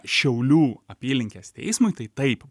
šiaulių apylinkės teismui tai taip